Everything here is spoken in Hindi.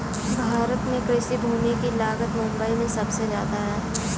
भारत में कृषि भूमि की लागत मुबई में सुबसे जादा है